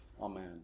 Amen